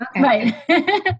right